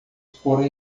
por